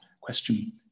question